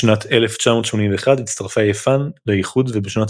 בשנת 1981 הצטרפה יוון לאיחוד ובשנת